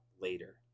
later